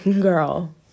Girl